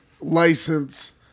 license